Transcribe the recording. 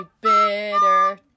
bitter